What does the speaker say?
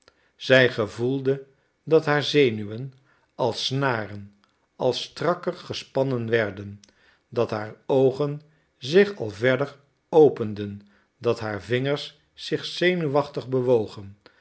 zij gevoelde dat haar zenuwen als snaren al strakker gespannen werden dat haar oogen zich al verder openden dat haar vingers zich zenuwachtig bewogen